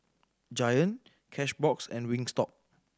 Giant Cashbox and Wingstop